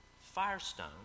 Firestone